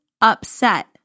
upset